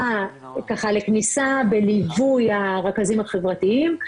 לכניסה בליווי הרכזים החברתיים,